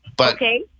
Okay